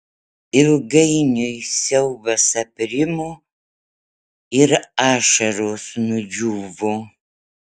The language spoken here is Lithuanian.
ilgainiui siaubas aprimo ir ašaros nudžiūvo